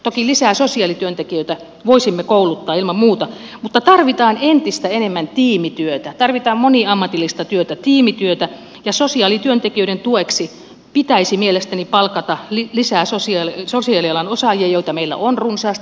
toki lisää sosiaalityöntekijöitä voisimme kouluttaa ilman muuta mutta tarvitaan entistä enemmän tiimityötä tarvitaan moniammatillista työtä tiimityötä ja sosiaalityöntekijöiden tueksi pitäisi mielestäni palkata lisää sosiaalialan osaajia joita meillä on runsaasti